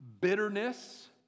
bitterness